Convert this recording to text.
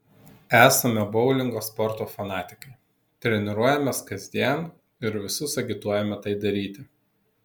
esame boulingo sporto fanatikai treniruojamės kasdien ir visus agituojame tai daryti